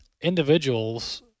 individuals